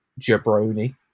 jabroni